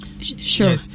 Sure